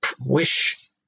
wish